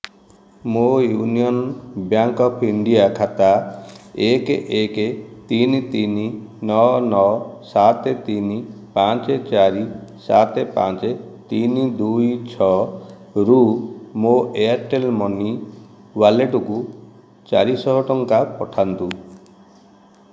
ମୋ Union Bank of India ଖାତା ଏକ ଏକ ତିନି ତିନି ନଅ ନଅ ସାତ ତିନି ପାଞ୍ଚ ଚାରି ସାତେ ପାଞ୍ଚ ତିନି ଦୁଇ ଛଅରୁ ମୋ ଏୟାର୍ଟେଲ୍ ମନି ୱାଲେଟକୁ ଚାରିଶହ ଟଙ୍କା ପଠାନ୍ତୁ